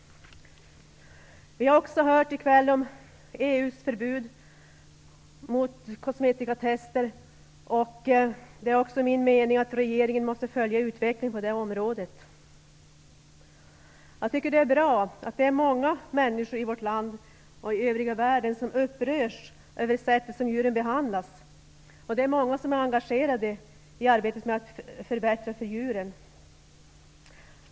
Det har i kväll talats om EU:s förbud mot kosmetikatester. Det är också min mening att regeringen måste följa utvecklingen på detta område. Jag tycker att det är bra att många människor i vårt land och i övriga världen upprörs över det sätt på vilket djuren behandlas. Många är engagerade i arbetet med att förbättra för djuren.